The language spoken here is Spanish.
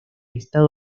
estado